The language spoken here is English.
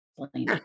explain